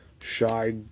Shy